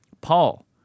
Paul